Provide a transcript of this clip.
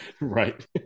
Right